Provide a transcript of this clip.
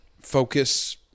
focus